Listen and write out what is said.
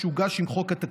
שהוגש עם חוק את התקציב,